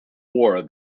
wore